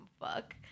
fuck